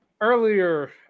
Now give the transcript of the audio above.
earlier